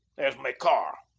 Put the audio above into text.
there's my car.